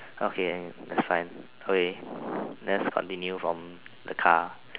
okay that's fine okay let's continue from the car